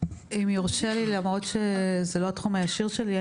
אם יורשה לי למרות שזה לא התחום הישיר שלי,